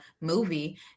movie